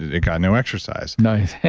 it got no exercise no